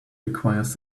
requires